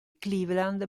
cleveland